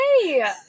hey